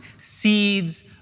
seeds